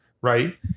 right